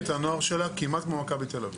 מחלקת הנוער שלה כמעט כמו מכבי תל אביב.